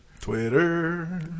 Twitter